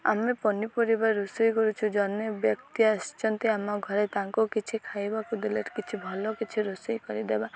ଆମେ ପନିପରିବା ରୋଷେଇ କରୁଛୁ ଜଣେ ବ୍ୟକ୍ତି ଆସିଛନ୍ତି ଆମ ଘରେ ତାଙ୍କୁ କିଛି ଖାଇବାକୁ ଦେଲେ କିଛି ଭଲ କିଛି ରୋଷେଇ କରିଦେବା